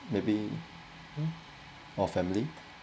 maybe or family